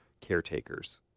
caretakers